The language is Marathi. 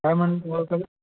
काय म्हणून ते ओळखता येईल